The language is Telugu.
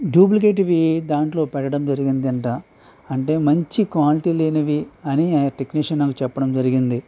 డూప్లికేట్వి దాంట్లో పెట్టడం జరిగిందంట అంటే మంచి క్వాలిటీ లేనివి అని టెక్నీషిన్ నాకు చెప్పడం జరిగింది